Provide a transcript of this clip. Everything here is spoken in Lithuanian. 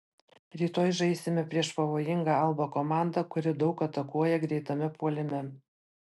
rytoj žaisime prieš pavojingą alba komandą kuri daug atakuoja greitame puolime